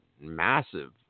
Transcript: massive